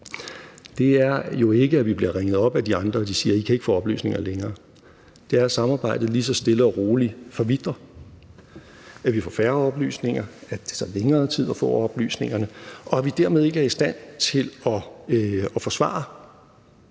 jo ikke er, at vi bliver ringet op af de andre, og at de siger, at vi ikke kan få oplysninger længere, men at samarbejdet lige så stille og roligt forvitrer, at vi får færre oplysninger, at det tager længere tid at få oplysningerne, og at vi dermed ikke er i stand til at forsvare